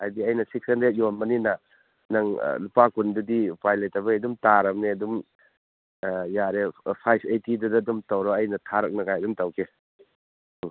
ꯍꯥꯏꯕꯗꯤ ꯑꯩꯅ six hundred ꯌꯣꯟꯕꯅꯤꯅ ꯅꯪ ꯂꯨꯄꯥ ꯀꯨꯟꯗꯨꯗꯤ ꯎꯄꯥꯏ ꯂꯩꯇꯕꯩ ꯑꯗꯨꯝ ꯇꯥꯔꯕꯅꯦ ꯑꯗꯨꯝ ꯌꯥꯔꯦ ꯐꯥꯏꯕ ꯑꯩꯠꯇꯤꯗꯨꯗ ꯑꯗꯨꯝ ꯇꯧꯔꯣ ꯑꯩꯅ ꯊꯥꯔꯛꯅꯉꯥꯏ ꯑꯗꯨꯝ ꯇꯧꯒꯦ ꯎꯝ